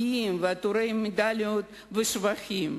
גאים ועטורי מדליות ושבחים,